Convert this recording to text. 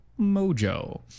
mojo